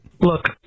Look